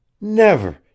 Never